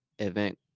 event